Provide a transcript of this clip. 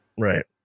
Right